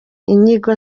inyigo